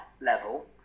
level